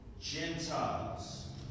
Gentiles